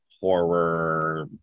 horror